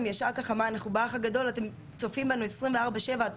זה באמת יוצר חוויה מאוד קשה, גם בתוך הטיפול.